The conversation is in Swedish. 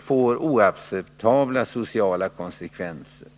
får oacceptabla sociala konsekvenser.